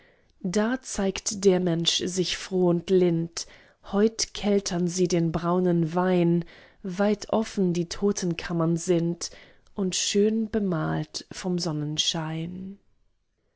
da zeigt der mensch sich froh und lind heut keltern sie den braunen wein weit offen die totenkammern sind und schön bemalt vom sonnenschein